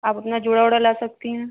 आप अपना जूड़ा उड़ा ला सकती हैं